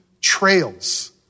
trails